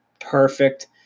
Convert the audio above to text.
perfect